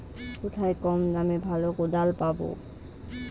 কোথায় কম দামে ভালো কোদাল পাব?